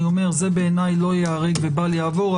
זה בעיניי לא ייהרג ובל יעבור.